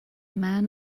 man